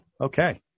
okay